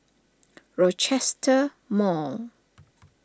Rochester Mall